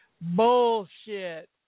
bullshit